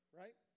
right